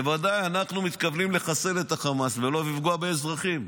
בוודאי אנחנו מתכוונים לחסל את חמאס ולא לפגוע באזרחים,